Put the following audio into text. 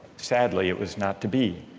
sadly it was not to be,